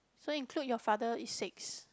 so include your father is six